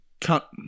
cut